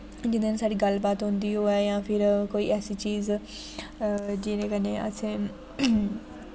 जिंदे कन्नै साढ़ी गल्ल बात होंदी होऐ जां फिर कोई ऐसी चीज जेह्दे कन्नै असें